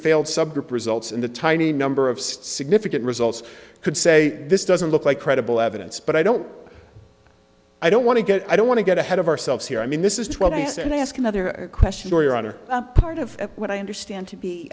failed subgroup results in the tiny number of stigma if it results could say this doesn't look like credible evidence but i don't i don't want to get i don't want to get ahead of ourselves here i mean this is twelve days and i ask another question or your honor part of what i understand to be